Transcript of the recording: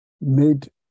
made